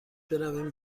برویم